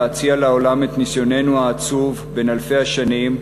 להציע לעולם את ניסיוננו העצוב בן אלפי השנים,